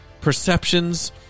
perceptions